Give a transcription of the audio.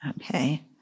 Okay